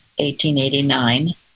1889